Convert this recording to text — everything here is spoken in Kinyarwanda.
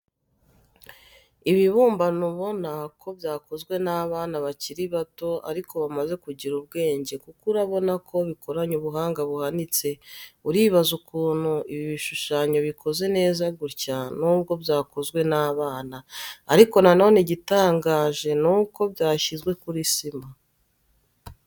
Ibibumbano ubona ko byakozwe n'abana bakiri bato ariko bamaze kugira ubwenge kuko urabona ko bikoranye ubuhanga buhanitse, uribaza ukuntu ibi bishushanyo bikoze neza gutya nubwo byakozwe n'abana, ariko nanone igitangaje ni uko byashyizwe kuri sima.